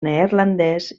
neerlandès